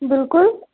بِلکُل